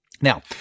Now